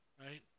right